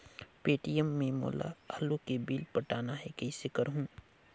Paytm ले मोला आलू के बिल पटाना हे, कइसे करहुँ?